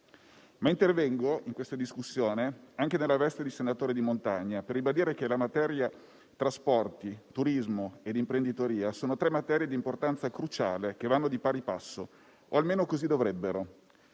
Intervengo in questa discussione anche nella veste di senatore di montagna, per ribadire che trasporti, turismo e imprenditoria sono tre materie di importanza cruciale, che vanno di pari passo o almeno così dovrebbero.